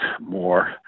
more